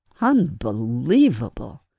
Unbelievable